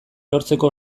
lortzeko